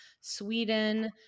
Sweden